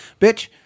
Bitch